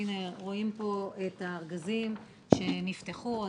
רואים פה את הארגזים שנפתחו.